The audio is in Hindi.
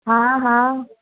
हाँ हाँ